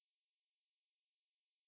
eh why don't we